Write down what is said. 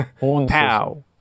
Pow